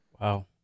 Wow